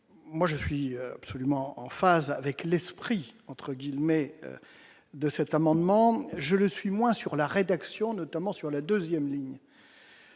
moi je suis absolument en phase avec l'esprit entre guillemets de cet amendement, je le suis moins sur la rédaction, notamment sur la 2ème ligne